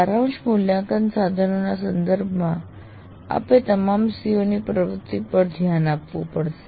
સારાંશ મૂલ્યાંકન સાધનોના સંદર્ભમાં આપે તમામ CO ની પ્રાપ્તિ પર ધ્યાન આપવું પડશે